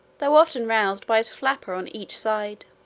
though often roused by his flapper on each side.